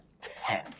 Ten